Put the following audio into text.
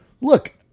look